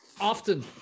often